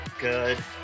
Good